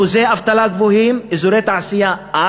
אחוזי אבטלה גבוהים, אזורי תעשייה,